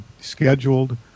scheduled